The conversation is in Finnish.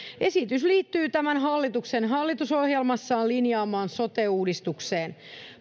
esitys liittyy tämän hallituksen hallitusohjelmassaan linjaamaan sote uudistukseen